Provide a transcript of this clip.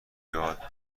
بیاد